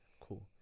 cool